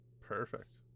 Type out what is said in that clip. Perfect